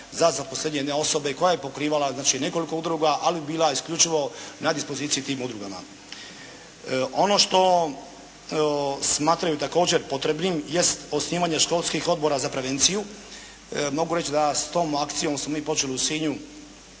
za zaposlenje jedne osobe koja bi pokrivala znači nekoliko udruga ali bi bila isključivo na dispoziciji tim udrugama. Ono što smatraju također potrebnim, jest osnivanje školskih odbora za prevenciju. Mogu reći da s tom akcijom smo mi počeli u Sinju